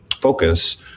focus